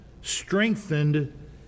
Strengthened